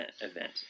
event